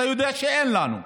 אתה יודע שאין לנו.